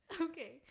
Okay